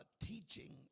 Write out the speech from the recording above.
teaching